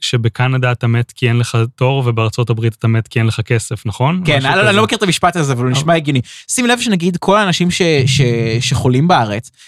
שבקנדה אתה מת כי אין לך תור, ובארצות הברית אתה מת כי אין לך כסף, נכון? כן, אני לא מכיר את המשפט הזה, אבל הוא נשמע הגיוני. שים לב שנגיד כל האנשים שחולים בארץ,